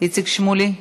איציק שמולי,